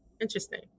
interesting